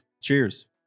Cheers